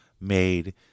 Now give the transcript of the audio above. made